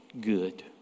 good